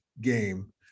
game